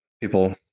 people